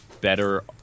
better